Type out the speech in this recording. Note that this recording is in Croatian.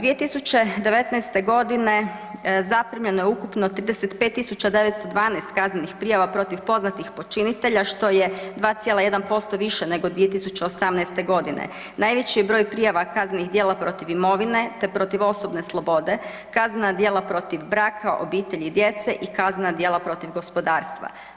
2019.g. zaprimljeno je ukupno 35.912 kaznenih prijava protiv poznatih počinitelja što je 2,1% više nego 2018.g. Najveći je broj prijava kaznenih djela protiv imovine te protiv osobne slobode, kaznena djela protiv braka, obitelji i djece i kaznena djela protiv gospodarstva.